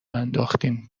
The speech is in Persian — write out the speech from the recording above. انداختین